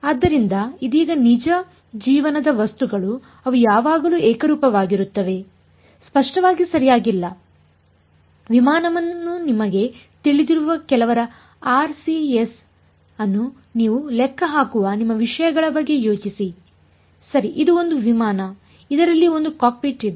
ಆದ್ದರಿಂದ ಇದೀಗ ನಿಜ ಜೀವನದ ವಸ್ತುಗಳು ಅವು ಯಾವಾಗಲೂ ಏಕರೂಪವಾಗಿರುತ್ತವೆ ಸ್ಪಷ್ಟವಾಗಿ ಸರಿಯಾಗಿಲ್ಲ ವಿಮಾನವನ್ನು ನಿಮಗೆ ತಿಳಿದಿರುವ ಕೆಲವರ ಆರ್ಸಿಎಸ್ ಅನ್ನು ನೀವು ಲೆಕ್ಕ ಹಾಕುವ ನಿಮ್ಮ ವಿಷಯಗಳ ಬಗ್ಗೆ ಯೋಚಿಸಿ ಸರಿ ಇದು ಒಂದು ವಿಮಾನ ಇದರಲ್ಲಿ ಒಂದು ಕಾಕ್ ಪಿಟ್ ಇದೆ